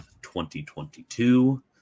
2022